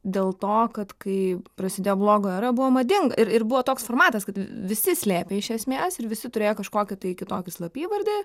dėl to kad kai prasidėjo blogo era buvo madinga ir ir buvo toks formatas kad visi slėpė iš esmės ir visi turėjo kažkokį tai kitokį slapyvardį